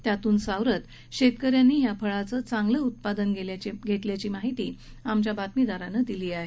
त्यातुन सावरत शेतक यांनी या फळांचं चांगलं उत्पादन घेतल्याची माहिती आमच्या बातमीदारानं दिली आहे